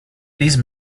these